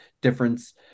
difference